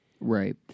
Right